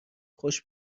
خوش